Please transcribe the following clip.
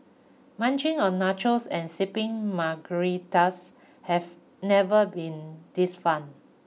munching on nachos and sipping margaritas have never been this fun